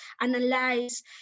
analyze